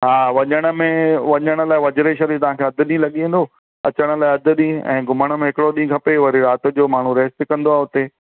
हा वञण में वञण लाइ वजरेशवरीअ में तव्हां खे अधु ॾींहुं लॻी वेंदो अचण लाइ अधु ॾींहुं ऐं घुमण में हिकिड़ो ॾींहुं खपे वरी राति जो माण्हू रेस्ट कंदो आहे हुते